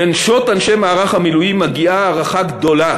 לנשות אנשי מערך המילואים מגיעה הערכה גדולה